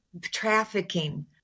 trafficking